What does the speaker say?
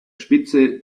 spitze